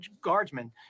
Guardsmen